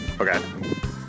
Okay